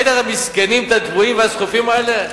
ראית את המסכנים, את הדוויים והסחופים האלה?